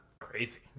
crazy